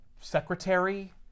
secretary